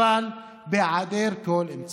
אבל בהיעדר כל אמצעי.